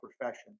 profession